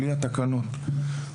בלי התקנות.